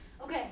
okay